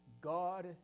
God